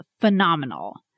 phenomenal